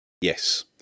Yes